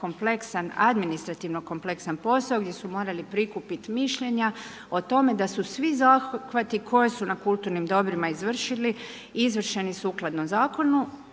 kompleksan administrativni kompleksan posao gdje su morali prikupiti mišljenja o tome da su svi zahvati koji su na kulturnim dobrima izvršili, izvršeni sukladno zakonom,